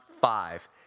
five